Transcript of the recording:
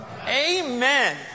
Amen